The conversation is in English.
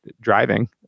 driving